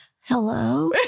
Hello